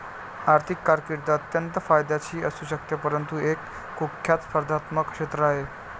आर्थिक कारकीर्द अत्यंत फायद्याची असू शकते परंतु हे एक कुख्यात स्पर्धात्मक क्षेत्र आहे